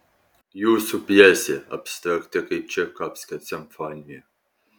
jūsų pjesė abstrakti kaip čaikovskio simfonija